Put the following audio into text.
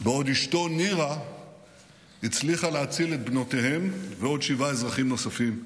בעוד אשתו נירה הצליחה להציל את בנותיהם ועוד שבעה אזרחים נוספים.